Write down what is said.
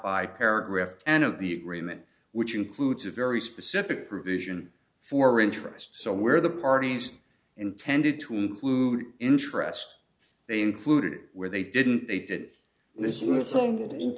by paragraph and of the agreement which includes a very specific provision for interest so where the parties intended to include interests they included where they didn't they did this